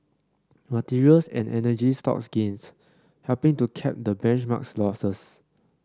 materials and energy stocks gained helping to cap the benchmark's losses